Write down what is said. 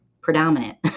predominant